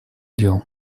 дел